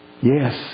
yes